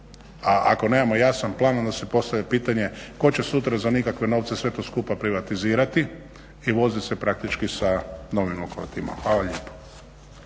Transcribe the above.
A ako nemamo jasan plan onda se postavlja pitanje tko će sutra za nikakve novce sve to skupa privatizirati i voziti se praktički sa novim lokomotivama. Hvala lijepo.